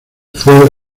fue